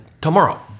tomorrow